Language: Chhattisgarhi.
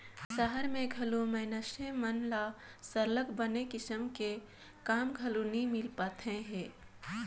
सहर में घलो मइनसे मन ल सरलग बने किसम के काम घलो नी मिल पाएत हे